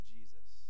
Jesus